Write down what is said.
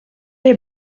les